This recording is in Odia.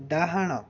ଡାହାଣ